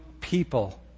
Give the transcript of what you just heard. people